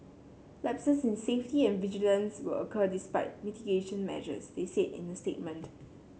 lapses in safety and vigilance will occur despite mitigation measures they said in a statement